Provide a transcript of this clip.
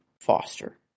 Foster